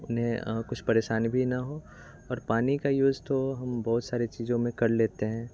अपने कुछ परेशानी भी ना हो और पानी का यूज़ तो हम बहुत सारी चीज़ों में कर लेते हैं